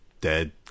dead